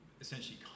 essentially